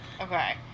Okay